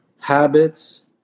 habits